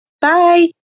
Bye